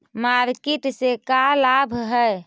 Market से का लाभ है?